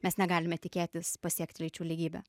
mes negalime tikėtis pasiekti lyčių lygybę